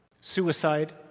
suicide